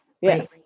yes